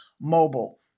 mobile